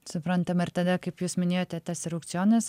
suprantama ir tada kaip jūs minėjote tas ir aukcionas